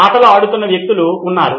ఆటలు ఆడుతున్న వ్యక్తులు ఉన్నారు